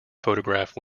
photograph